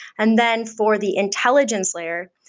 and then for the intelligence layer,